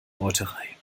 meuterei